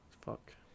Fuck